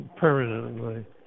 permanently